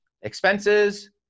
expenses